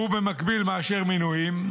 והוא במקביל מאשר מינויים.